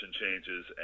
changes